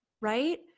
right